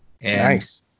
Nice